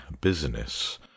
business